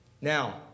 Now